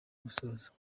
gusohora